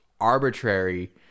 arbitrary